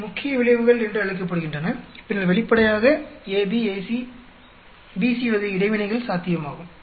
இவை முக்கிய விளைவுகள் என்று அழைக்கப்படுகின்றன பின்னர் வெளிப்படையாக AB AC BC வகை இடைவினைகள் சாத்தியமாகும்